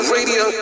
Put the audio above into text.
Radio